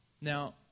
Now